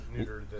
neutered